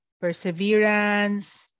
perseverance